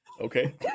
Okay